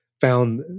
found